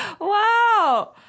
Wow